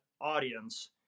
audience